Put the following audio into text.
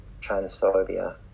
transphobia